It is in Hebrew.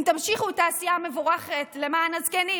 אם תמשיכו את העשייה המבורכת למען הזקנים,